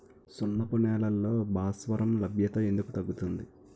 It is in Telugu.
సున్నపు నేలల్లో భాస్వరం లభ్యత ఎందుకు తగ్గుతుంది?